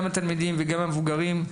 גם התלמידים וגם המבוגרים,